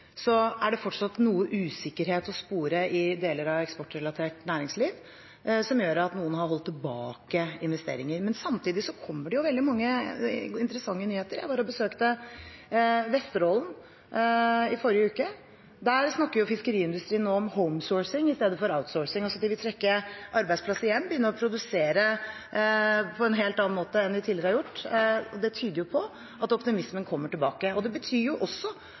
er det fortsatt noe usikkerhet å spore i deler av eksportrelatert næringsliv, som gjør at noen har holdt tilbake investeringer. Men samtidig kommer det veldig mange interessante nyheter. Jeg besøkte Vesterålen i forrige uke. Der snakker fiskeriindustrien nå om «homesourcing» i stedet for «outsourcing» – de vil altså trekke arbeidsplasser hjem og begynne å produsere på en helt annen måte enn de tidligere har gjort. Det tyder på at optimismen kommer tilbake, og det betyr også